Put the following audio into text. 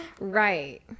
Right